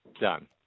Done